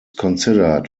considered